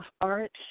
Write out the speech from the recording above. art